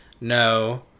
no